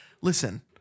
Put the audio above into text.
listen